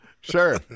Sure